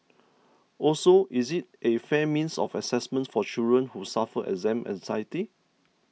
also is it a fair means of assessment for children who suffer exam anxiety